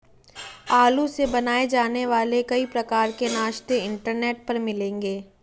आलू से बनाए जाने वाले कई प्रकार के नाश्ते इंटरनेट पर मिलेंगे